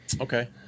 okay